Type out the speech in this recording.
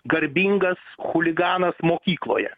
garbingas chuliganas mokykloje